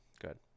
good